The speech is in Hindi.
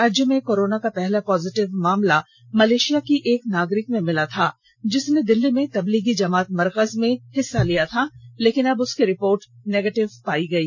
राज्य में कोरोना का पहला पॉजिटिव मामला मलेशिया के एक नागरिक में मिला था जिसने दिल्ली में तबलीगी जमात मरकज में हिस्सा ली थी लेकिन अब उसकी रिपोर्ट नेगेटिव पाई गई